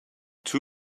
two